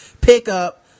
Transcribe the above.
pickup